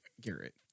Garrett